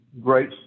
great